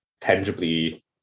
tangibly